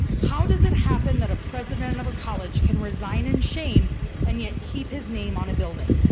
how does it happen that a president of a college can resign in shame and yet keep his name on a building?